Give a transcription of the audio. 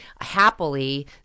happily